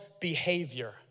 behavior